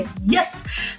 yes